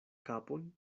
kapon